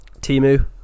Timu